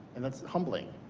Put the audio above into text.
and it's humbling.